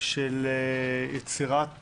של יצירת